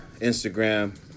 Instagram